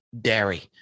dairy